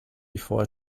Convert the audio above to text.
before